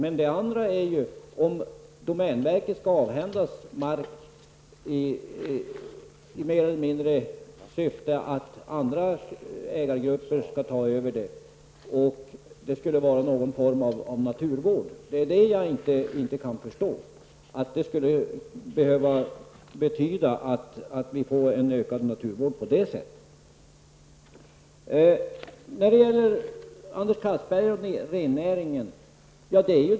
En annan är ju om domänverket skall avhända sig mark, mer eller mindre i syfte att andra ägargrupper skall ta över den, och att det skulle vara någon form av naturvård. Jag kan inte förstå att det skulle betyda att vi får en bättre naturvård. Så till Anders Castberger och rennäringen.